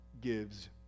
gives